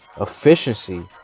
efficiency